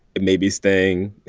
it may be staying,